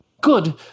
Good